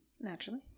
Naturally